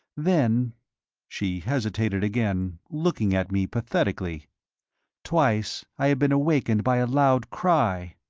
then she hesitated again, looking at me pathetically twice i have been awakened by a loud cry.